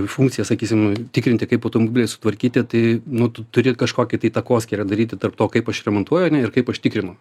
funkciją sakysim tikrinti kaip automobiliai sutvarkyti tai nu tu turi kažkokį tai takoskyrą daryti tarp to kaip aš remontuoju ane ir kaip aš tikrinu